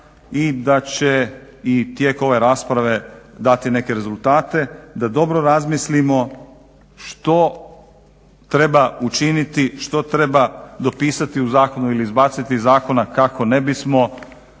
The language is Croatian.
i da će i tijek ove rasprave dati neke rezultate da dobro razmislimo što treba učiniti što treba dopisati u zakonu ili izbaciti iz zakona kako ne bismo